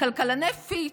כלכלני פיץ',